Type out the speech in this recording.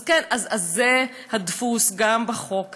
אז כן, זה הדפוס גם בחוק הזה.